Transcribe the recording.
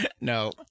no